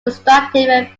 destructive